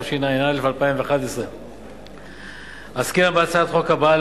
התשע"א 2011. עסקינן בהצעת חוק הבאה